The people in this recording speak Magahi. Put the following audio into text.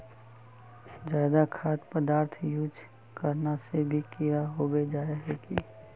ज्यादा खाद पदार्थ यूज करना से भी कीड़ा होबे जाए है की?